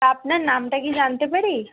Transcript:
তা আপনার নামটা কি জানতে পারি